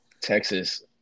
Texas